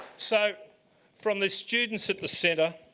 so from the students at the centre,